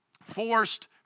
forced